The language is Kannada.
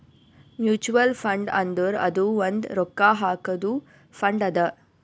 ಮ್ಯುಚುವಲ್ ಫಂಡ್ ಅಂದುರ್ ಅದು ಒಂದ್ ರೊಕ್ಕಾ ಹಾಕಾದು ಫಂಡ್ ಅದಾ